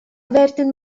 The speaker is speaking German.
werden